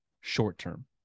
short-term